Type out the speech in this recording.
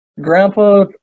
Grandpa